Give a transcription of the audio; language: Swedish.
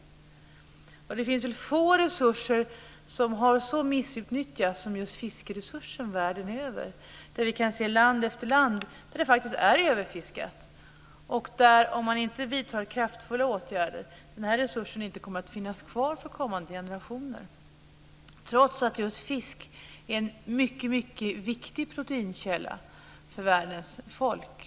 Det finns få resurser som har missbrukats så som just fiskeresursen världen över. Vi kan se att det faktiskt är överfiskat i land efter land. Om man inte vidtar kraftfulla åtgärder kommer denna resurs inte att finnas kvar för kommande generationer, trots att just fisk är en mycket viktig proteinkälla för världens folk.